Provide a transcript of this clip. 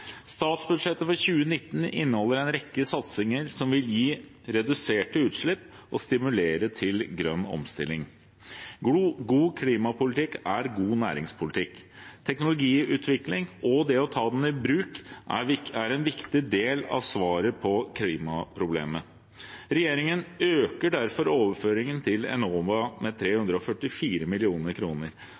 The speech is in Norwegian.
Statsbudsjettet for 2019 inneholder en rekke satsinger som vil gi reduserte utslipp og stimulere til grønn omstilling. God klimapolitikk er god næringspolitikk. Teknologiutvikling og det å ta den i bruk er en viktig del av svaret på klimaproblemet. Regjeringen øker derfor overføringen til Enova med 344